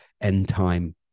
end-time